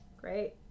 Great